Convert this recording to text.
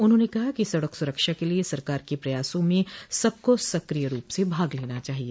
उन्होंने कहा कि सडक सुरक्षा के लिए सरकार के प्रयासो में सबको सक्रिय रूप से भाग लेना चाहिए